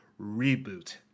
reboot